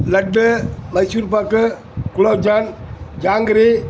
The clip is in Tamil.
லட்டு மைசூர் பாக் குலோப்ஜான் ஜாங்கிரி